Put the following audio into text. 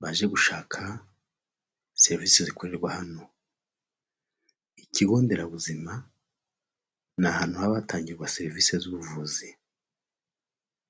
baje gushaka serivisi zikorerwa hano, ikigo nderabuzima ni ahantu haba hatangirwa serivisi z'ubuvuzi.